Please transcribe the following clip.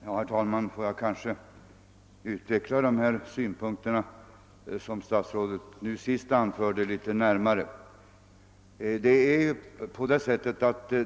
Herr talman! Får jag litet närmare utveckla de synpunkter som statsrådet nu senast anförde.